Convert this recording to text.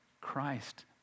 Christ